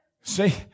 See